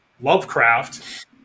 Lovecraft